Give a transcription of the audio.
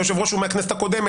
היושב ראש הוא מהכנסת הקודמת.